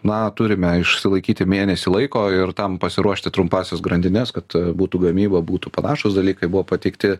na turime išsilaikyti mėnesį laiko ir tam pasiruošti trumpąsias grandines kad būtų gamyba būtų panašūs dalykai buvo pateikti